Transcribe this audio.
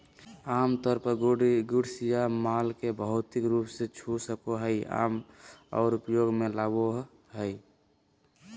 आमतौर पर गुड्स या माल के हम भौतिक रूप से छू सको हियै आर उपयोग मे लाबो हय